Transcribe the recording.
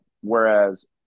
whereas